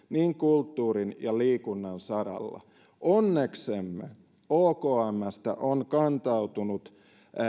niin kulttuurin kuin liikunnan saralla onneksemme okmstä on kantautunut